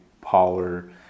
power